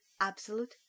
absolute